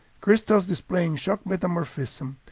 crystals displaying shock metamorphism,